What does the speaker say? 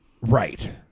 Right